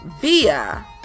Via